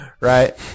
right